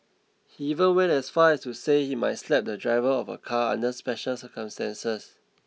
he even went as far as to say he might slap the driver of a car under special circumstances